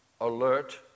alert